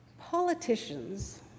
Politicians